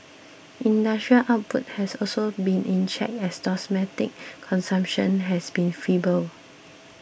industrial output has also been in check as domestic consumption has been feeble